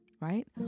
right